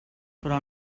però